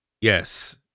Yes